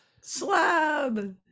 slab